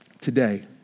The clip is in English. Today